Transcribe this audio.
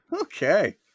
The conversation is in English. Okay